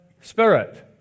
spirit